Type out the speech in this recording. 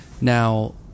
Now